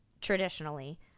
Traditionally